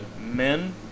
Men